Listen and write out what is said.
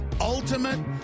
ultimate